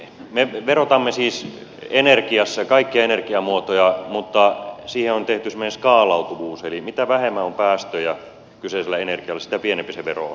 me verotamme siis energiassa kaikkia energiamuotoja mutta siihen on tehty semmoinen skaalautuvuus eli mitä vähemmän on päästöjä kyseisellä energialla sitä pienempi se vero on